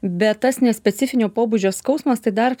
bet tas nespecifinio pobūdžio skausmas tai dar